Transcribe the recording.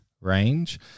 range